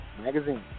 Magazine